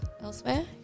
elsewhere